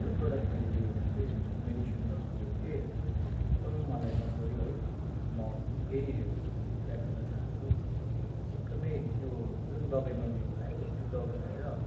जुन प्रोडक्ट मैले लिएको थिएँ जुन मेडिसिन मैले लिएको थिएँ त्यो एकदम मलाई मनपऱ्यो है म यही फिडब्याक दिन चाहन्छु कि एकदमै त्यो जुन दबाई मैले खाएँ त्यो दबाई खाएर